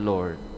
Lord